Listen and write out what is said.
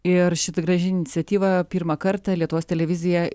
ir šita graži iniciatyva pirmą kartą lietuvos televizija